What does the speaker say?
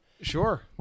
Sure